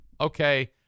Okay